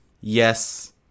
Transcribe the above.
yes